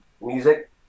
music